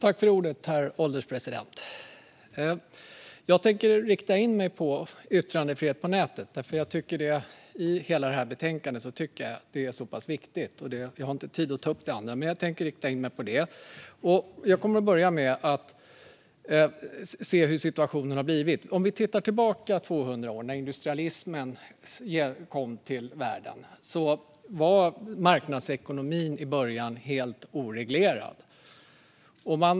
Herr ålderspresident! Jag tänker rikta in mig på yttrandefrihet på nätet. Jag tycker att det är det viktigaste i hela betänkandet, och jag har inte tid att ta upp det andra. Jag kommer att börja med att se på hur situationen har blivit. Vi kan titta tillbaka 200 år i tiden, när industrialismen kom till världen. Då var marknadsekonomin i början helt oreglerad.